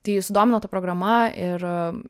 tai sudomino ta programa ir